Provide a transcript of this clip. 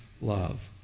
love